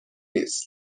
نیست